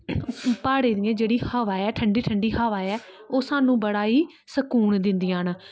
प्हाड़ें दियां जेह्ड़ी हवा ऐ ठंडी ठंडी हवा ऐ ओह् सानूं बड़ा ही सकून दिन्दियां न